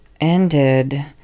ended